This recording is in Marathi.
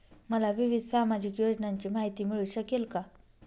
मला विविध सामाजिक योजनांची माहिती मिळू शकेल का?